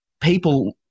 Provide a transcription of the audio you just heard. people